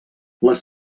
les